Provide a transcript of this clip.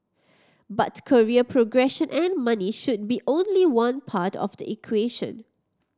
but career progression and money should be only one part of the equation